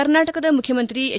ಕರ್ನಾಟಕದ ಮುಖ್ಯಮಂತ್ರಿ ಎಚ್